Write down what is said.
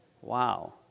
wow